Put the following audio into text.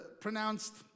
pronounced